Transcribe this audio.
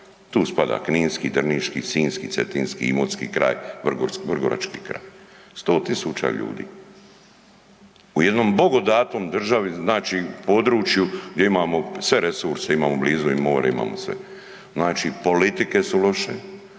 Tu spada kninski, drniški, sinjski, cetinski, imotski kraj, vrgorački kraj, 100 000 ljudi. U jednom bogodatom državi, znači području gdje imamo sve resurse, imamo blizu i more, imamo sve. Znači, politike su loše.